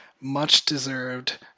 much-deserved